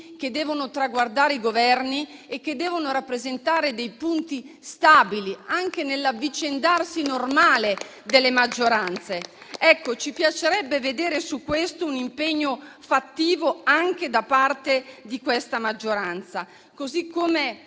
che devono traguardare i Governi e che devono rappresentare dei punti stabili anche nell'avvicendarsi normale delle maggioranze. Ci piacerebbe vedere su questo un impegno fattivo anche da parte di questa maggioranza. Allo